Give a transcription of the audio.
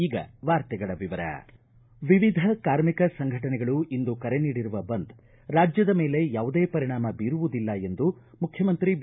ಈಗ ವಾರ್ತೆಗಳ ವಿವರ ವಿವಿಧ ಕಾರ್ಮಿಕ ಸಂಘಟನೆಗಳು ಇಂದು ಕರೆ ನೀಡಿರುವ ಬಂದ್ ರಾಜ್ಯದ ಮೇಲೆ ಯಾವುದೇ ಪರಿಣಾಮ ಬೀರುವುದಿಲ್ಲ ಎಂದು ಮುಖ್ಯಮಂತ್ರಿ ಬಿ